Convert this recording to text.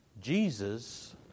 Jesus